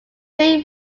main